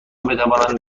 بتوانند